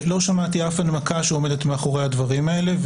לא שמעתי אף הנמקה שעומדת מאחורי הדברים האלה,